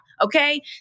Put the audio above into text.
okay